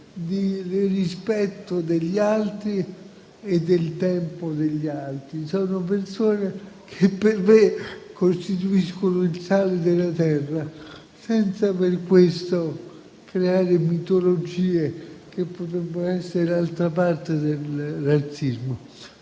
di rispetto degli altri e del tempo degli altri. Sono persone che per me costituiscono il sale della terra, senza per questo creare mitologie che potrebbero essere l'altra parte del razzismo.